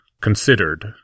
considered